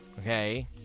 okay